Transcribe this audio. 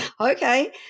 okay